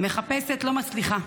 מחפשת, לא מצליחה.